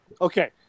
Okay